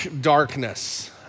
darkness